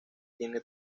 tiene